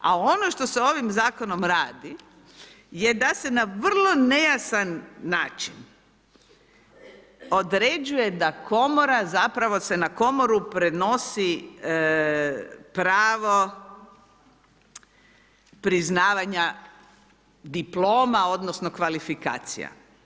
A ono što se ovim zakonom radi je da se na vrlo nejasan način određuje da komora, zapravo se na komoru prenosi pravo priznavanja diploma odnosno kvalifikacija.